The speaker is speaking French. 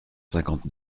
cinquante